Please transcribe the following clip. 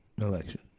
election